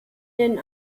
den